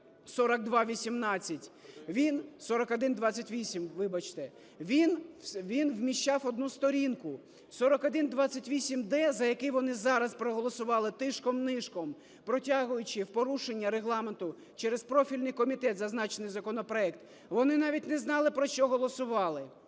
вибачте, він вміщав одну сторінку. 4128-д, за який вони зараз проголосували тишком-нишком, протягуючи в порушення Регламенту через профільний комітет зазначений законопроект, вони навіть не знали, про що голосували.